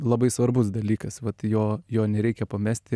labai svarbus dalykas vat jo jo nereikia pamesti